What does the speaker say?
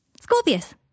Scorpius